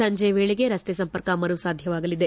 ಸಂಜೆ ವೇಳೆಗೆ ರಸ್ತೆ ಸಂಪರ್ಕ ಮರು ಸಾಧ್ಯವಾಗಲಿದೆ